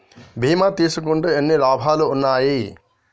బీమా తీసుకుంటే ఎన్ని లాభాలు ఉన్నాయి?